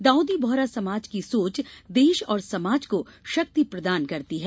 दाऊदी बोहरा समाज की सोच देश और समाज को शक्ति प्रदान करती है